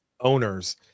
owners